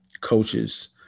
coaches